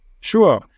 Sure